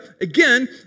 again